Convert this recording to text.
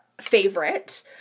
favorite